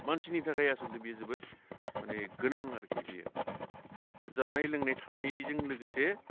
मानसिनि थाखाय आसलथे बे जोबोद माने गोनां आरोखि बेयो जानाय लोंनाय थानायजों लोगोसे